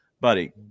buddy